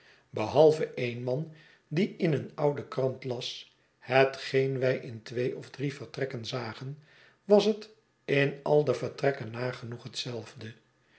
behalve een man die in een oude krant las hetgeen wij in twee of drie vertrekken zagen was het in al de vertrekken nagenoeg hetzelfde